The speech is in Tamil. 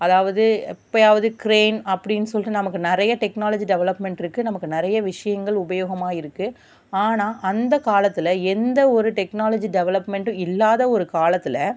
அதாவது இப்பையாவது க்ரேன் அப்படின் சொல்லிட்டு நமக்கு நிறைய டெக்னாலஜி டெவலப்மென்ட் இருக்கு நமக்கு நிறைய விஷயங்கள் உபயோகமாக இருக்கு ஆனா அந்த காலத்தில் எந்த ஒரு டெக்னாலஜி டெவலப்மென்ட்டும் இல்லாத ஒரு காலத்தில்